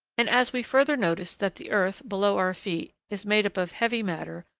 and, as we further notice that the earth, below our feet, is made up of heavy matter,